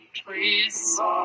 trees